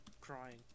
Crying